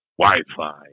Wi-Fi